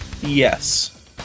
Yes